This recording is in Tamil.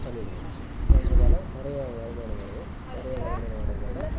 பண்ணிடுவோம் பண்ணுறதால நிறையா வருமானம் வரும் நிறையா வருமானம் வரதால்